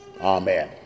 amen